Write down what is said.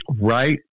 Right